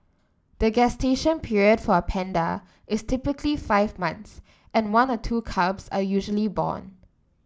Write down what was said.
the gestation period for a panda is typically five months and one or two cubs are usually born